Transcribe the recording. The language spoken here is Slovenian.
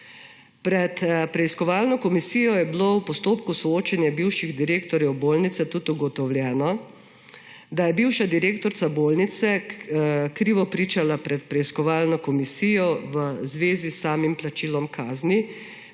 Pred preiskovalno komisijo je bilo v postopku soočenja bivših direktorjev bolnice tudi ugotovljeno, da je bivša direktorica bolnice krivo pričala pred preiskovalno komisijo v zvezi s samim plačilom kazni,